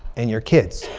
and your kids?